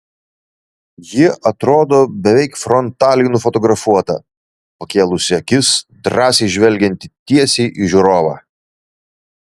ji atrodo beveik frontaliai nufotografuota pakėlusi akis drąsiai žvelgianti tiesiai į žiūrovą